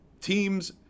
teams